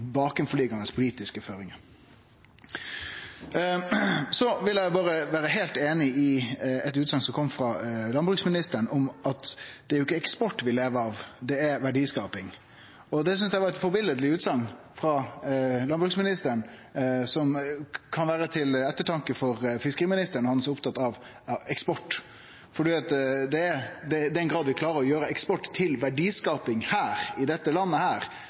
ligg politiske føringar bak. Så er eg heilt einig i ei utsegn som kom frå landbruksministeren om at det ikkje er eksport vi lever av; det er verdiskaping. Det synest eg var ei ypparleg utsegn frå landbruksministeren, ei utsegn som kan vere til ettertanke for fiskeriministeren, som er så opptatt av eksport – i den grad vi, det norske folk langs kysten i Noreg, klarer å gjere eksport til verdiskaping. Det er det som er interessant, ikkje kor mange fisk som forsvinn ut av landet.